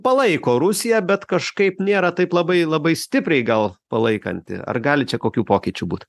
palaiko rusiją bet kažkaip nėra taip labai labai stipriai gal palaikanti ar gali čia kokių pokyčių būt